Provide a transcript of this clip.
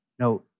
No